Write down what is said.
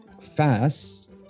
fast